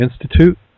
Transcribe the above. Institute